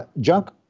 junk